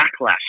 backlash